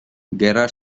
gerra